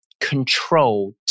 control